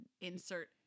Insert